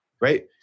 right